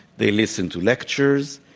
they listen to lectures.